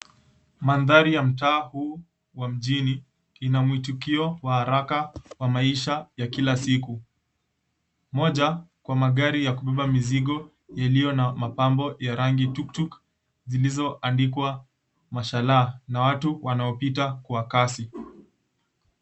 Mandhari ya mtaa huu wa mjini kina mwitikio wa haraka wa maisha ya kila siku. Moja kwa magari ya kubeba mizigo yaliyo na mapambo ya rangi. TukTuk zilizoandikwa "mashallah" na watu wanaopita kwa kasi.